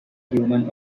human